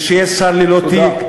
ושיהיה שר ללא תיק,